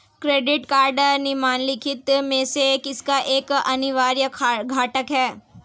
Credit card निम्नलिखित में से किसका एक अनिवार्य घटक है?